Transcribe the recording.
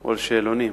או לשאלונים.